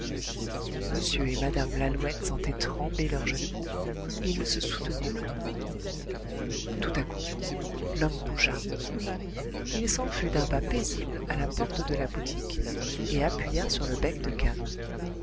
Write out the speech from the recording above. m et mme lalouette sentaient trembler leurs genoux ils ne se soutenaient plus tout à coup l'homme bougea il s'en fut d'un pas paisible à la porte de la boutique et appuya sur le bec-de-cane